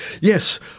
Yes